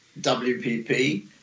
WPP